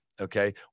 okay